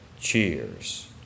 cheers